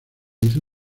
hizo